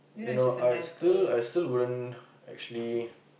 you know I still I still wouldn't actually